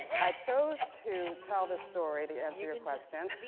i chose to tell the story, to answer your question,